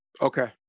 okay